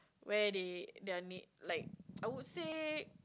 where they done it like I would say